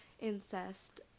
incest